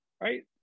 Right